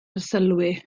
arsylwi